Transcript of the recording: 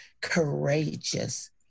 courageous